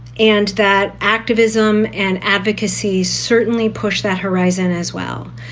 and that activism and advocacy certainly push that horizon as well.